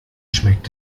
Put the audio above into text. schmeckt